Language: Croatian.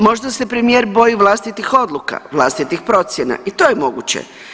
Možda se premijer boji vlastitih odluka, vlastitih procjena i to je moguće.